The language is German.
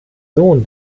sohn